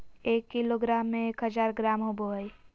एक किलोग्राम में एक हजार ग्राम होबो हइ